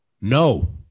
no